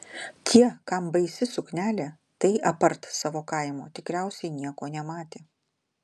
tie kam baisi suknelė tai apart savo kaimo tikriausiai nieko nematė